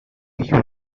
you